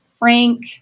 frank